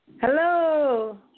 Hello